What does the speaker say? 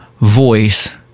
voice